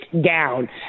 down